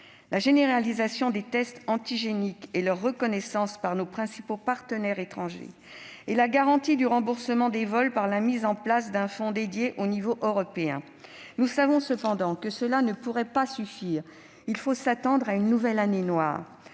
la généralisation des tests antigéniques et à leur reconnaissance par nos principaux partenaires étrangers, ainsi qu'à la garantie du remboursement des vols par la mise en place d'un fonds dédié au niveau européen. Nous savons cependant que cela pourrait ne pas suffire : il faut s'attendre à une nouvelle année noire.